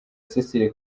cecile